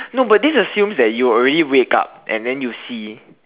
no but this assumes that you already wake up and then you see